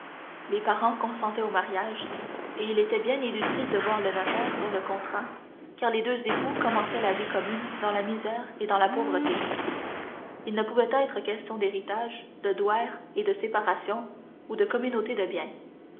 les parents consentaient au mariage et il était bien inutile de voir le notaire pour le contrat car les deux époux commenceraient la vie commune dans la misère et dans la pauvreté il ne pouvait être question d'héritage de douaire et de séparation ou de communauté de biens